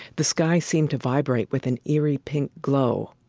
the sky seemed to vibrate with an eerie pink glow.